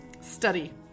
Study